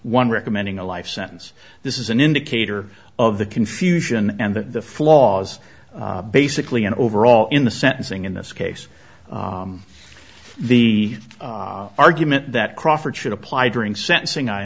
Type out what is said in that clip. one recommending a life sentence this is an indicator of the confusion and the flaws basically and overall in the sentencing in this case the argument that crawford should apply during sentencing i